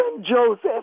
Joseph